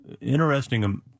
interesting